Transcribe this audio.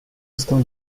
estão